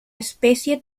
especie